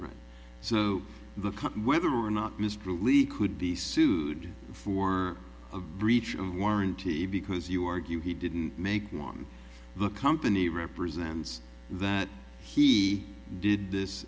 so the cop whether or not mr leak could be sued for a breach of warranty because you argue he didn't make on the company represents that he did this